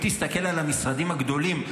אם תסתכל על המשרדים הגדולים,